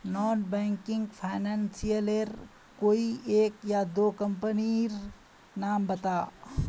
Non banking financial लेर कोई एक या दो कंपनी नीर नाम बता?